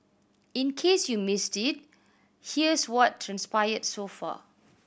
in case you missed it here's what transpired so far